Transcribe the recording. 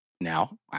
now